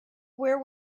where